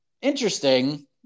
interesting